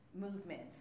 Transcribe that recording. movements